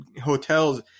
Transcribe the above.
hotels